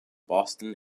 boston